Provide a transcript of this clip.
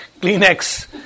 kleenex